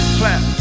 clap